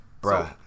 bro